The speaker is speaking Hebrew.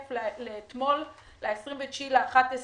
תקף לאתמול, ה-29.11.